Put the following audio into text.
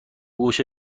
گوش